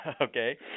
okay